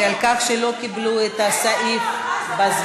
על כך שלא קיבלו את הסעיף בזמן.